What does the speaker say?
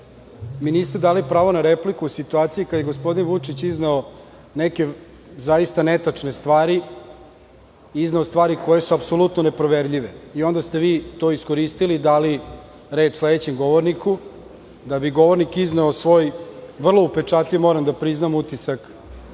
mi niste dali pravo na repliku u situaciji kada je gospodin Vučić izneo neke zaista netačne stvari i izneo stvari koje su apsolutno ne proverljive i onda ste vi to iskoristili i dali reč sledećem govorniku, da bi govornik izneo svoj vrlo upečatljiv utisak